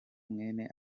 mwene